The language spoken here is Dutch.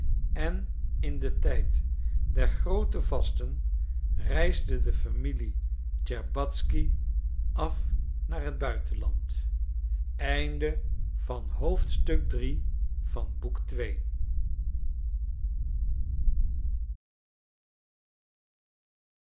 en in den tijd der groote vasten reisde de familie tscherbatzky af naar het buitenland